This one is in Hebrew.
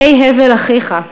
אי הבל אחיך?